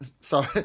Sorry